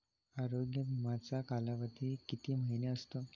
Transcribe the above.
आरोग्य विमाचा कालावधी किती महिने असतो?